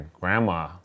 grandma